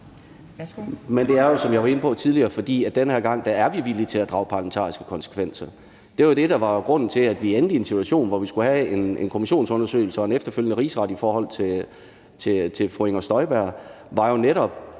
Men det er jo, som jeg var inde på et tidligere, fordi vi den her gang er villige til at drage parlamentariske konsekvenser. Det, der var grunden til, at vi endte i en situation, hvor vi skulle have en kommissionsundersøgelse og en efterfølgende rigsret i forhold til fru Inger Støjberg, var jo netop,